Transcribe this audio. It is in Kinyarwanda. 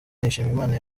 nshimiyimana